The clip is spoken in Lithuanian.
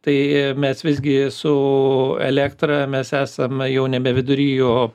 tai mes visgi su elektra mes esame jau nebe vidury o